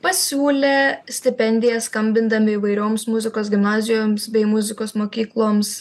pasiūlė stipendiją skambindami įvairioms muzikos gimnazijoms bei muzikos mokykloms